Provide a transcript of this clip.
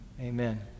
Amen